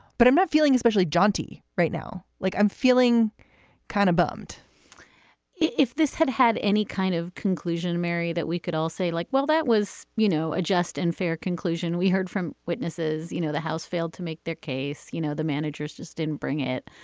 but i'm not feeling especially jaunty right now, like i'm feeling kind of bummed if this had had any kind of conclusion, mary, that we could all say like, well, that was, you know, a just and fair conclusion. we heard from witnesses, you know, the house failed to make their case. you know, the managers just didn't bring it.